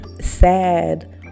sad